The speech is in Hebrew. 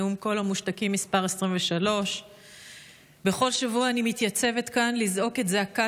נאום קול המושתקים מס' 23. בכל שבוע אני מתייצבת כאן לזעוק את זעקת